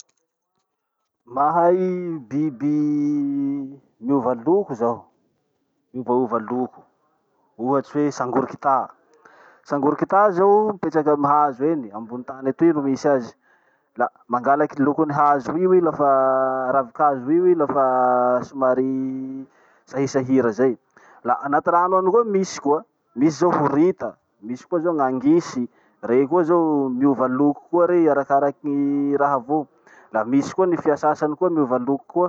Mahay biby miova loko zaho, miovaova loko. Ohatsy hoe sangorokita. Sangorokita zao mipetraky amy hazo eny, ambony tany etoy ro misy azy, la mangalaky lokon'ny hazo io i lafa- ravi-kazo io i lafa somary sahisahira zay. La anaty rano any koa misy koa, misy zao horita, misy koa zao gn'angisy. Rey koa zao, miovaloko koa rey arakaraky raha avao. La misy koa fia sasany koa miova loko koa.